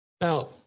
Now